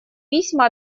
письма